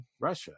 Russia